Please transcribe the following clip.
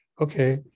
Okay